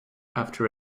after